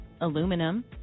aluminum